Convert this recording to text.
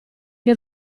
che